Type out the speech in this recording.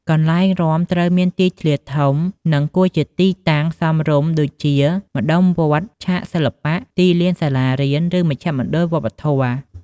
កន្លែងរាំត្រូវមានទីធ្លាធំ និងគួរជាទីតាំងសមរម្យ ដូចជា ម្តុំវត្ត ឆាកសិល្បៈ ទីលានសាលារៀន ឬមជ្ឈមណ្ឌលវប្បធម៌។